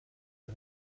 the